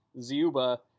Zuba